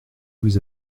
vous